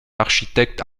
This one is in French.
architecte